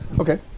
Okay